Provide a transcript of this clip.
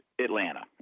Atlanta